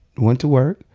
went to work.